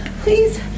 Please